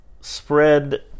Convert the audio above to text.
spread